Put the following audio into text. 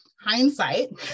Hindsight